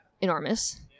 enormous